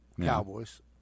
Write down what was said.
Cowboys